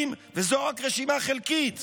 וזו רק רשימה חלקית.